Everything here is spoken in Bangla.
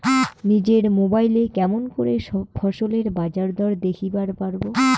নিজের মোবাইলে কেমন করে ফসলের বাজারদর দেখিবার পারবো?